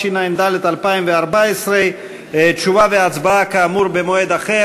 התשע"ד 2014. תשובה והצבעה כאמור במועד אחר.